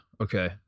Okay